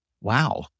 Wow